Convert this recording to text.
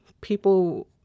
people